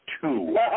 two